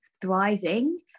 thriving